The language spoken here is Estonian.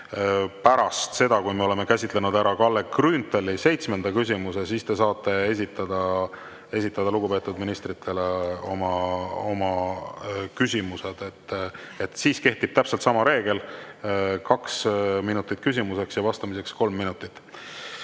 pärast seda, kui me oleme käsitlenud ära Kalle Grünthali [esitatava] seitsmenda küsimuse, esitada lugupeetud ministritele oma küsimused. Siis kehtib täpselt sama reegel: kaks minutit küsimiseks ja vastamiseks kolm minutit.